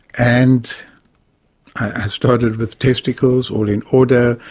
and i started with testicles, all in order,